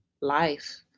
life